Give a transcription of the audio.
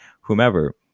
whomever